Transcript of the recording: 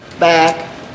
back